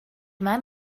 men